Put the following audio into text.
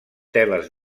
teles